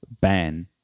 ban